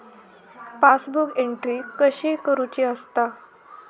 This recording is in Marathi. पासबुक एंट्री कशी करुची असता?